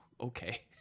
okay